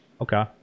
Okay